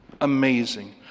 Amazing